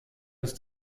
ist